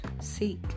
seek